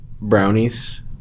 brownies